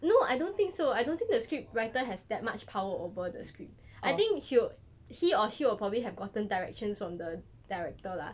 no I don't think so I don't think the script writer has that much power over the script I think he'll he or she will probably have gotten directions from the director lah